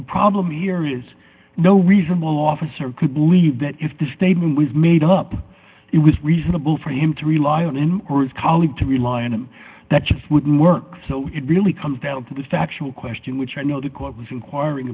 the problem here is no reasonable officer could believe that if the statement was made up it was reasonable for him to rely on him or his colleague to rely on him that wouldn't work so it really comes down to the factual question which i know the court was inquiring